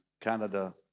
Canada